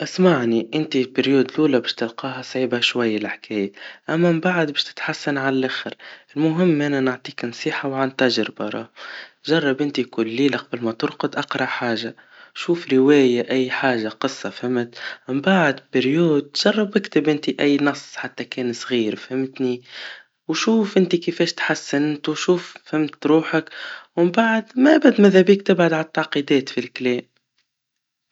اسمعني, انت بالفترة الأولى بش تلقاها صعيبة شوي الحكايا, أما من بعد بش تتحسن عاللآخر, المهم إنا نعطيك نصيحة وعن تجربا راها, جرب انت كل ليلة, قبل ما ترقد أقرأ حاجة, شوف روايا, أي حاجا, قصا, فهمت؟ من بعد فترة, جرب اكتب انت أي نص, حتى كان صغير, فهمتني, وشوف انت كيفاش اتحسنت, وشوف فهمت روحك, ومن بعد ما بدا اذا بكتب عالتعقيدات في الكلام.